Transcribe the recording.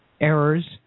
errors